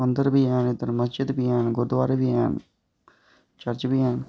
मंदर बी हैन मस्जिद बी हैन ते गुरूदोआरे बी हैन चर्च बी हैन